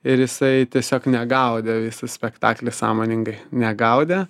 ir jisai tiesiog negaudė visą spektaklį sąmoningai negaudė